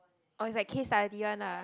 oh is like case study one lah